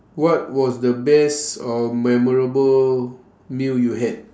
what was the best or memorable meal you had